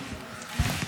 שעובר.